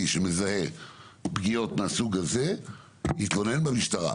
שמזהה פגיעות מהסוג הזה יתלונן במשטרה.